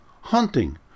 hunting